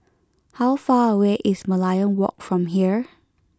how far away is Merlion Walk from here